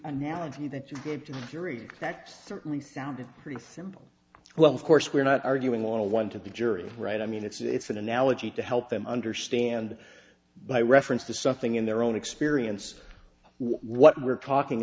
analogy that you did to yuri that certainly sounded pretty simple well of course we're not arguing on a one to the jury right i mean it's an analogy to help them understand by reference to something in their own experience what we're talking